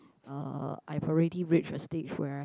uh I've already reached a stage where